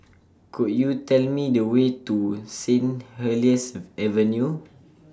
Could YOU Tell Me The Way to Sin Helier's Avenue